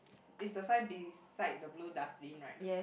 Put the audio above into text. is the sign beside the blue dustbin right